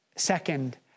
Second